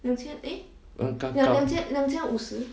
那刚刚